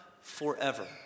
forever